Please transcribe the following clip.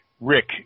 Rick